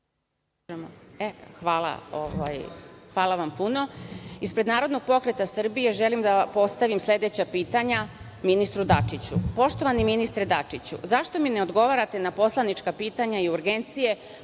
Hvala vam puno. Ispred Narodnog pokreta Srbije želim da postavim sledeća pitanja ministru Dačiću. Poštovani ministre Dačiću, zašto mi ne odgovarate na poslanička pitanja i urgencije